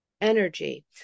energy